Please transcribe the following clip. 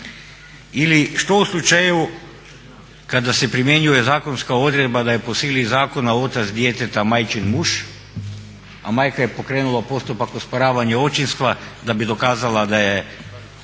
Ili što u slučaju kada se primjenjuje zakonska odredba da je po sili zakona otac djeteta majčin muž, a majka je pokrenula postupak osporavanja očinstva da bi dokazala da je